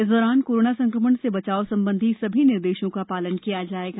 इस दौरान कोरोना संकमण से बचाव संबंधी सभी निर्देशों का पालन किया जाएगा